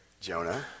Jonah